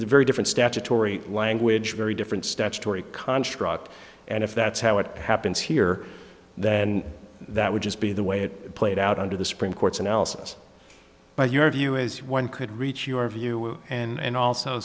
very different statutory language very different statutory construct and if that's how it happens here then that would just be the way it played out under the supreme court's analysis by your view as one could reach your view and a